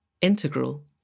integral